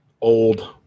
Old